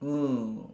mm